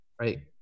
right